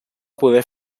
poder